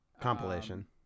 Compilation